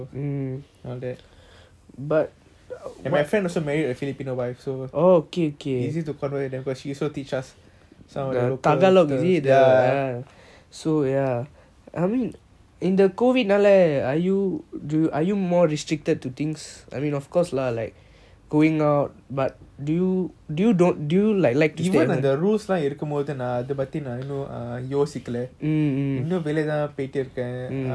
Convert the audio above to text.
and my friend also married a filipino wife so okay okay easy to converse she also teach us some of the local ya even on the roads you know like no நான் அத பத்தி நான் இன்னும் யோசிக்கல நான் இன்னும் வெளிய போயிடு தான் போயிடு இருக்கான்:naan atha pathi naan inum yosikala naan inum veliya poitu thaan poitu irukan friends லாம் குடுயே பொய் அவங்கள பாப்பான்:lam kuduyae poi avangala paapan